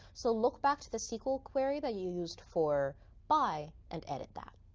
so look back to the sql query that you used for buy and edit that.